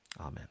Amen